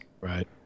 right